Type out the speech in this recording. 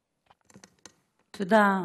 תודה,